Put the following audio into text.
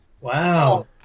Wow